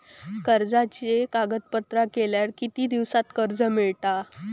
कर्जाचे कागदपत्र केल्यावर किती दिवसात कर्ज मिळता?